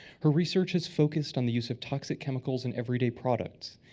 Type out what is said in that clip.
her research has focused on the use of toxic chemicals in everyday products.